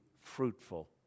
fruitful